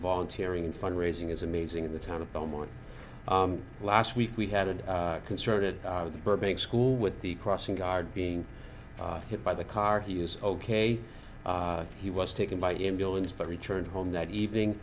volunteer in fund raising is amazing in the town of beaumont last week we had a concerted burbank school with the crossing guard being hit by the car he is ok he was taken by ambulance but returned home that evening